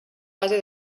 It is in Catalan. base